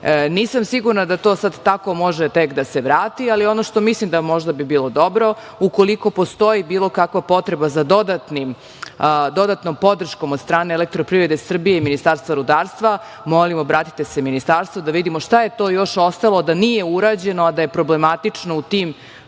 radi. Nisam sigurna da to sad tako može tek da se vrati, ali ono što mislim da možda bi bilo dobro, ukoliko postoji bilo kakav potreba za dodatnom podrškom od strane "Elektroprivrede Srbije" i Ministarstva rudarstva, molim, obratite se Ministarstvu da vidimo šta je to još ostalo da nije urađeno, a da je problematično u tim